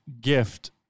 gift